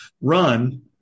run